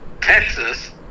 Texas